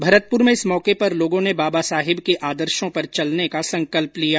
भरतपुर में इस मौके पर लोगों ने बाबा साहेब के आदर्शों पर चलने का संकल्प लिया